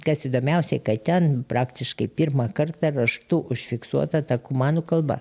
kas įdomiausiai kad ten praktiškai pirmą kartą raštu užfiksuota ta kumanų kalba